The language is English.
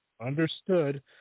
understood